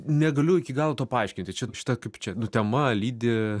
negaliu iki galo to paaiškinti čia šita kaip čia nu tema lydi